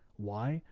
why?